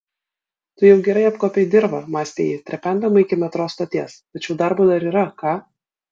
tu jau gerai apkuopei dirvą mąstė ji trependama iki metro stoties tačiau darbo dar yra ką